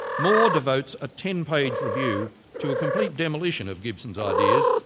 moore devotes a ten page review to a complete demolition of gibson's ideas,